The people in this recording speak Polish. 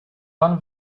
pan